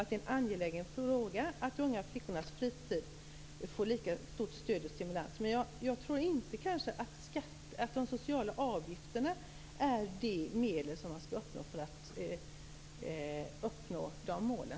Det är en angelägen fråga att de unga flickornas fritid får lika stort stöd och stimulans som pojkarnas. Men jag tror inte att de sociala avgifterna är det medel som man skall använda för att uppnå de målen.